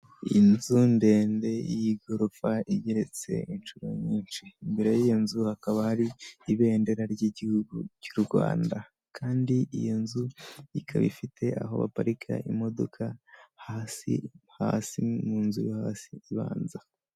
Inzu ndende y'igorofa igeretse inshuro nyinshi, imbere y'iyo nzu hakaba hari ibendera ry'Igihugu cy'u Rwanda kandi iyo nzu ikaba ifite aho baparika imodoka hasi hasi mu nzu yo hasi ibanza.